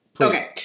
okay